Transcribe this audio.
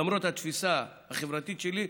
למרות התפיסה החברתית שלי,